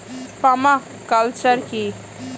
Parma culture কি?